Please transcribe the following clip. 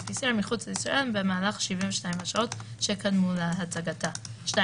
pcr מחוץ לישראל במהלך 72 השעות שקדמו להצגתה;״.